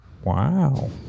Wow